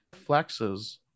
flexes